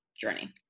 journey